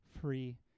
free